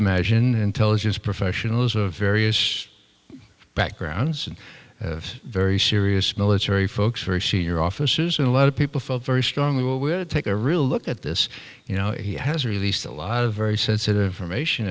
imagine intelligence professionals of various backgrounds and very serious military folks very senior officers and a lot of people felt very strongly will take a real look at this you know he has released a lot of very sensitive from ation